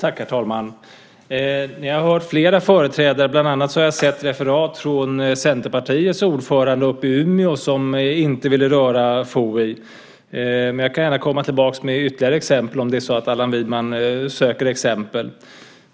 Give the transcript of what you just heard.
Herr talman! Jag har hört flera företrädare, bland annat har jag sett referat från Centerpartiets ordförande uppe i Umeå, som inte ville röra FOI. Jag kan gärna komma tillbaka med ytterligare exempel om det är så att Allan Widman söker exempel.